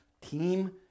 team